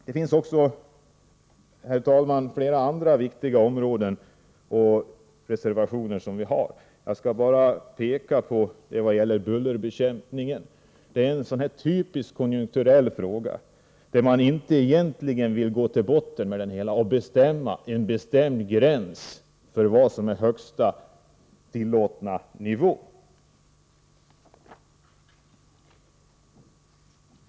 Det finns också, herr talman, flera andra viktiga områden där vi har reserverat oss. Jag skall peka på frågan om bullerbekämpningen. Det är en typiskt konjunkturell fråga där man egentligen inte vill gå till botten med det hela och sätta en bestämd gräns för vad som är högsta tillåtna nivå.